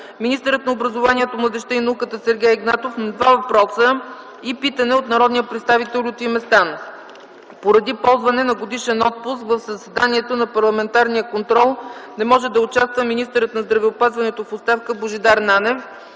министърът на образованието, младежта и науката Сергей Игнатов на два въпроса и питане от народния представител Лютви Местан. Поради ползване на годишен отпуск в заседанието на парламентарния контрол не може да участва министърът на здравеопазването в оставка Божидар Нанев.